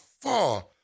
far